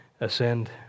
ascend